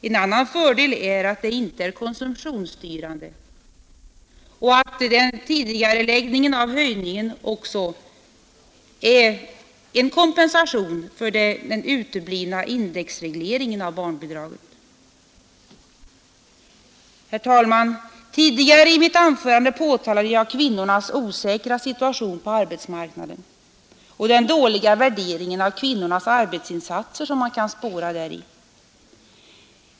En annan fördel är att det inte är komsumtionsstyrande och att tidigareläggningen av höjningen är en kompensation för den uteblivna indexregleringen av barnbidragen. Herr talman! Tidigare i mitt anförande påtalade jag kvinnornas osäkra situation på arbetsmarknaden och den dåliga värdering av kvinnornas arbetsinsatser som man kan spåra däri.